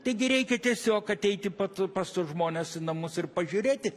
taigi reikia tiesiog ateiti pat pas žmones į namus ir pažiūrėti